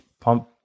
Pump